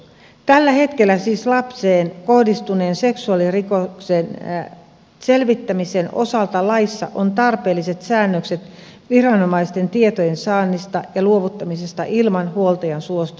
tällä hetkellä siis lapseen kohdistuneen seksuaalirikoksen selvittämisen osalta laissa on tarpeelliset säännökset viranomaisten tietojen saannista ja luovuttamisesta ilman huoltajan suostumusta